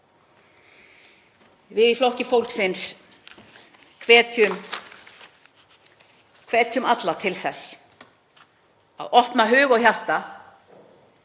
Við í Flokki fólksins hvetjum alla til þess að opna hug og hjarta